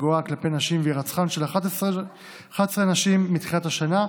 הגואה כלפי נשים והירצחן של 11 נשים מתחילת השנה,